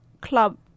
club